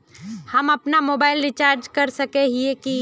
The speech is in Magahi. हम अपना मोबाईल रिचार्ज कर सकय हिये की?